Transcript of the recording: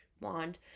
wand